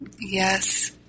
Yes